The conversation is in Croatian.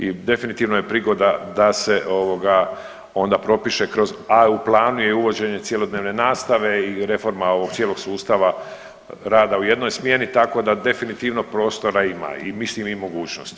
I definitivno je prigoda da se ovoga onda propiše kroz, a u planu je i uvođenje cjelodnevne nastave i reforma ovog cijelog sustava rada u jednoj smjeni tako da definitivno prostora ima i mislim i mogućnosti.